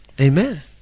Amen